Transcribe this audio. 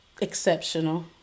exceptional